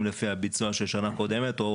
מתקצבים לפי הביצוע של שנה קודמת או